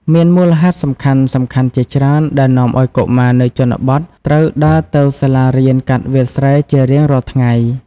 មានមូលហេតុសំខាន់ៗជាច្រើនដែលនាំឲ្យកុមារនៅជនបទត្រូវដើរទៅសាលារៀនកាត់វាលស្រែជារៀងរាល់ថ្ងៃ។